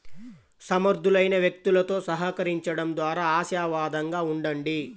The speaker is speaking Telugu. సమర్థులైన వ్యక్తులతో సహకరించండం ద్వారా ఆశావాదంగా ఉండండి